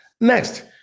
Next